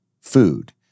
food